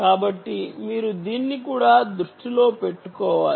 కాబట్టి మీరు దీన్ని కూడా దృష్టిలో పెట్టుకోవాలి